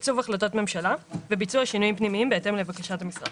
תקצוב החלטות ממשלה וביצוע שינויים פנימיים בהתאם לבקשת המשרד.